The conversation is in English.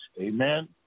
Amen